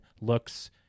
looks